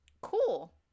cool